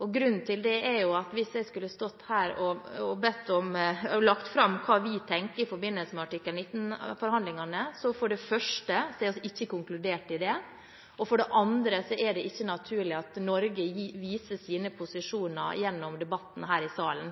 Grunnen til at jeg ikke kan stå her og legge fram hva vi tenker i forbindelse med artikkel 19-forhandlingene, er for det første at vi ikke har konkludert i saken, og for det andre er det ikke naturlig at Norge viser sine posisjoner gjennom debatten her i salen.